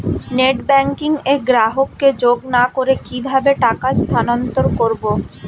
Net banking এ গ্রাহককে যোগ না করে কিভাবে টাকা স্থানান্তর করব?